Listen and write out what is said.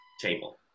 table